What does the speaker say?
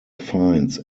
finds